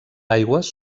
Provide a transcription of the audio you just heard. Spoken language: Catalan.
aigües